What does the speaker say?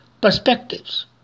perspectives